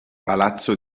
palazzo